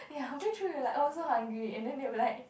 ya a bit true we are like oh so hungry and then they were like